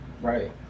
right